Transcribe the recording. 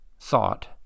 thought